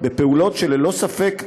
בפעולות שללא ספק נעשות,